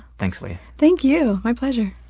thanks, lia. thank you. my pleasure.